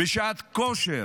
בשעת כושר